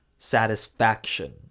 satisfaction